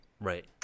Right